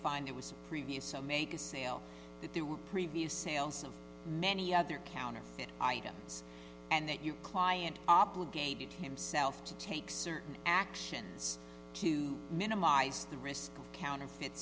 find it was previous so make a sale that there were previous sales of many other counterfeit items and that your client obligated himself to take certain actions to minimize the risk of counterfeit